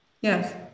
Yes